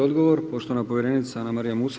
Odgovor poštovana povjerenica Anamarija Musa.